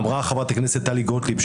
אמרה חברת הכנסת טלי גוטליב,